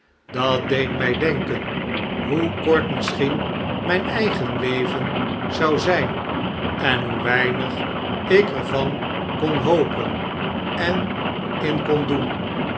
dat deed mij denken hoe kort misschien mijn eigen leven zou zijn en hoe weinig ik er van kon hopen en in kon doen